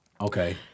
Okay